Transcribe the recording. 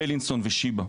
בלינסון ושיבא.